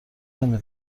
نمی